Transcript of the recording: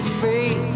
free